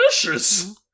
Delicious